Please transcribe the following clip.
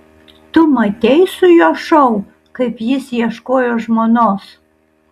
tu matei su juo šou kaip jis ieškojo žmonos